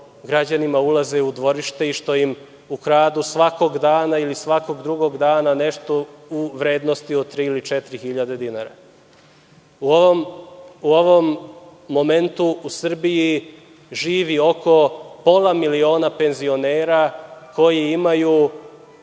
građanima ulaze u dvorište i što im ukradu svakog dana ili svakog drugog dana nešto u vrednosti od 3.000 ili 4.000 dinara.U ovom momentu u Srbiji živo oko pola miliona penzionera koji imaju